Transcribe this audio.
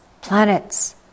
planets